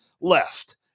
left